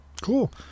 Cool